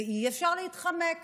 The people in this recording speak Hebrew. ואי-אפשר להתחמק